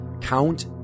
count